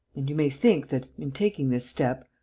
and you may think that, in taking this step.